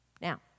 Now